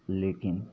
लेकिन